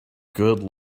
good